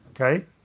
okay